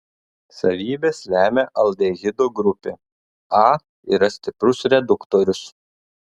savybes lemia aldehido grupė a yra stiprus reduktorius